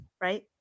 Right